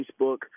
Facebook